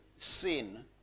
sin